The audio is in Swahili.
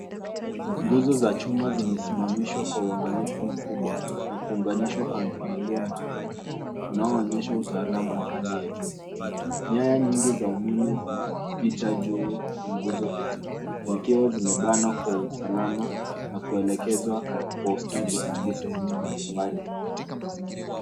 Nguzo za chuma zimesimamishwa kwa uangalifu mkubwa na kuunganishwa kwa mpangilio maalum unaoonyesha utaalamu wa hali ya juu. Nyaya nyingi za umeme zimepita juu ya nguzo hizo zikiwa zimebanwa kwa usalama na kuelekezwa kwa ustadi hadi sehemu mbalimbali.